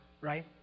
right